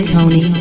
Tony